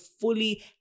fully